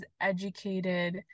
educated